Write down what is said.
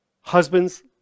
Husbands